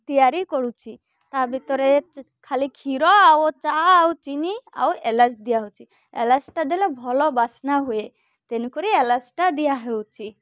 ତିଆରି କରୁଛିି ତା ଭିତରେ ଖାଲି କ୍ଷୀର ଆଉ ଚା ଆଉ ଚିନି ଆଉ ଇଲାଇଚି ଦିଆ ହେଉଛି ଇଲାଇଚିଟା ଦେଲେ ଭଲ ବାସ୍ନା ହୁଏ ତେଣୁକରି ଇଲାଇଚିଟା ଦିଆ ହେଉଛି